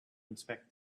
inspect